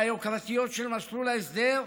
מהיוקרתיות של מסלול ההסדר,